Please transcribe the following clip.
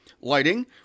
Lighting